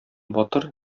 батыр